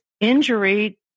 injury